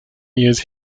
years